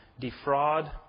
Defraud